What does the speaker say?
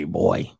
boy